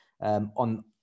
on